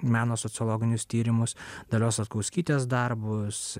meno sociologinius tyrimus dalios satkauskytės darbus